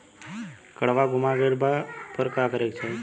काडवा गुमा गइला पर का करेके चाहीं?